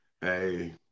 Hey